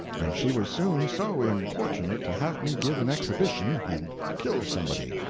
and she was soon so importunate to have me give an exhibition and kill somebody,